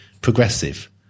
progressive